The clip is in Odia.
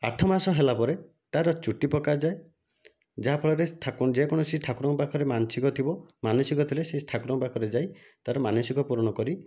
ଆଠମାସ ହେଲାପରେ ତା'ର ଚୁଟି ପକାଯାଏ ଯାହାଫଳରେ ଠାକୁ ଯେକୌଣସି ଠାକୁରଙ୍କ ପାଖରେ ମାନସିକ ଥିବ ମାନସିକ ଥିଲେ ସେହି ଠାକୁରଙ୍କ ପାଖରେ ଯାଇ ତା'ର ମାନସିକ ପୂରଣ କରି